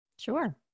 Sure